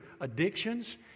addictions